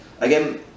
again